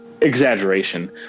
exaggeration